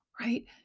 right